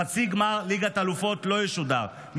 חצי גמר ליגת האלופות לא ישודר,